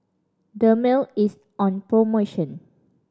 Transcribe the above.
Dermale is on promotion